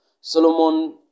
Solomon